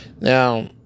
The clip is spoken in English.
Now